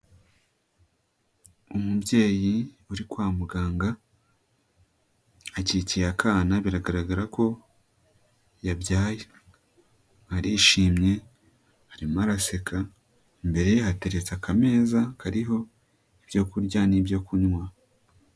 Umubyeyi uri kwa muganga akikiye akana biragaragara ko yabyaye, arishimye arimo araseka, imbere ye hateretse akameza kariho ibyo kurya n'ibyo kunywa.